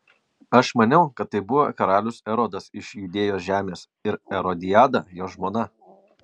aš maniau kad tai buvo karalius erodas iš judėjos žemės ir erodiada jo žmona